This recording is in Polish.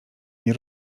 nie